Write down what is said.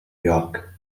york